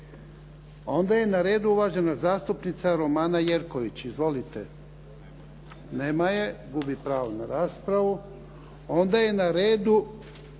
Onda je na redu uvažena zastupnica Romana Jerković. Izvolite. Nema je, gubi pravo na raspravu. Onda je na redu G.